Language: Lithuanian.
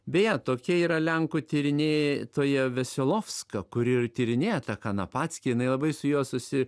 beje tokia yra lenkų tyrinėtoja veselovska kuri ir tyrinėja tą kanapackį jinai labai su juo susi